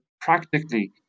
practically